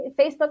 facebook